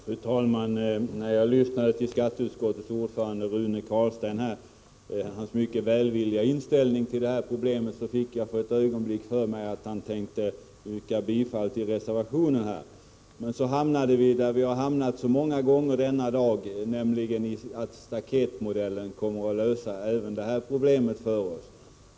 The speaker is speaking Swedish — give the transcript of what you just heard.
Fru talman! När jag lyssnade på skatteutskottets ordförande, Rune Carlstein, och konstaterade hans mycket välvilliga inställning till detta problem, fick jag för ett ögonblick för mig att han tänkte yrka bifall till reservationen. Men så hamnade vi där vi har hamnat så många gånger denna dag, nämligen vid påståendet att staketmodellen kommer att lösa även detta problem.